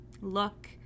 Look